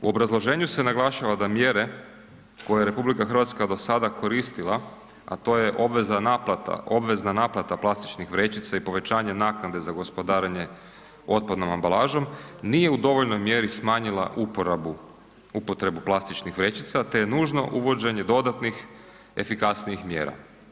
U obrazloženju se naglašava da mjere koje je RH do sada koristila, a to je obvezna naplata plastičnih vrećica i povećanje naknade za gospodarenje otpadnom ambalažom, nije u dovoljnoj mjeri smanjila upotrebu plastičnih vrećica te je nužno uvođenje dodatnih efikasnijih mjera.